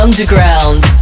Underground